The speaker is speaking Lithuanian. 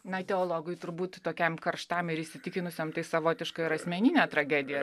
na teologui turbūt tokiam karštam ir įsitikinusiam tai savotiška ir asmeninė tragedija